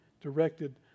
directed